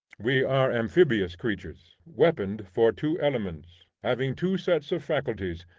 we are amphibious creatures, weaponed for two elements, having two sets of faculties,